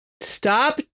Stop